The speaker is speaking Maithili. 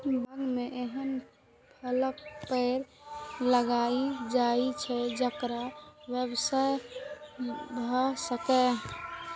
बाग मे एहन फलक पेड़ लगाएल जाए छै, जेकर व्यवसाय भए सकय